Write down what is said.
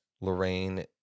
lorraine